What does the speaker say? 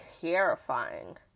terrifying